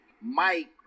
Mike